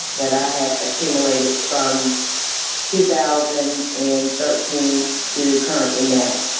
that i have accumulated from two thousand and thirteen to currently now.